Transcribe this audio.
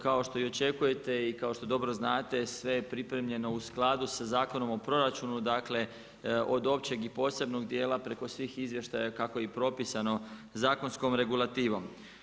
Kao što i očekujete i kao što dobro znate sve je pripremljeno u skladu sa Zakonom o proračunu, dakle od općeg i posebnog dijela preko svih izvještaja kako je propisano zakonskom regulativnom.